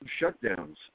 shutdowns